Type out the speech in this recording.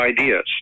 ideas